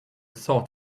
sword